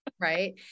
Right